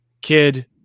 kid